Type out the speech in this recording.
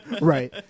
Right